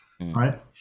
right